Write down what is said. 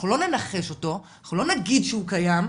אנחנו לא ננחש אותו, אנחנו לא נגיד שהוא קיים,